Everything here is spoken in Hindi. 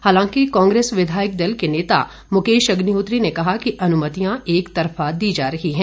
हालांकि कांग्रेस विधायक दल के नेता मुकेश अग्निहोत्री ने कहा कि अनुमतियां एक तरफा दी जा रही हैं